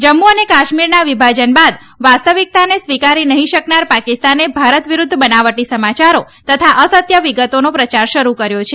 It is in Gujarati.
જમ્મુ અને કાશ્મીરના વિભાજન બાદ વાસ્તવિકતાને સ્વીકારી નહી શકનાર પાકિસ્તાને ભારત વિરુદ્ધ બનાવટી સમાયારો તથા અસત્ય વિગતોને પ્રયાર શરૂ કર્યો છે